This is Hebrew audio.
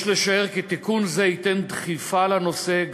יש לשער כי תיקון זה ייתן דחיפה לנושא,